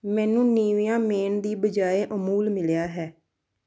ਮੈਨੂੰ Nivea men ਦੀ ਬਜਾਏ ਅਮੂਲ ਮਿਲਿਆ ਹੈ